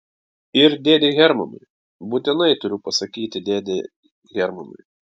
ir dėdei hermanui būtinai turiu pasakyti dėdei hermanui